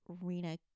rena